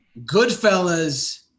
Goodfellas